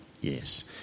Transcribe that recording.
Yes